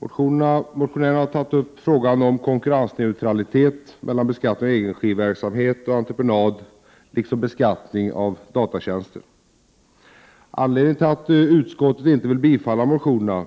Motionärerna har tagit upp frågan om konkurrensneutralitet vid beskattning av egenregiverksamhet och entreprenad liksom beskattning av datatjänster. Anledningen till att utskottet inte vill tillstyrka motionerna